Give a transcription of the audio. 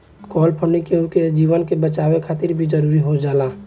काल funding केहु के जीवन के बचावे खातिर भी जरुरी हो जाला